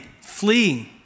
fleeing